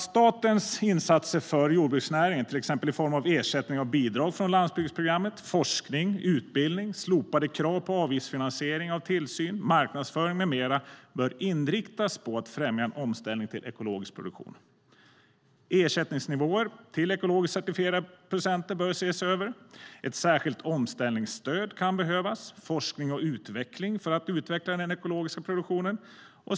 Statens insatser för jordbruksnäringen i form av ersättningar och bidrag från landsbygdsprogrammet, forskning, utbildning, slopade krav på avgiftsfinansiering av tillsyn, marknadsföring med mera bör inriktas på att främja en omställning till ekologisk produktion. Ersättningsnivåer till ekologiskt certifierade producenter bör ses över. Ett särskilt omställningsstöd kan behövas. Forskning och utveckling krävs för att utveckla den ekologiska produktionen.